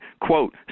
quote